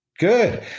Good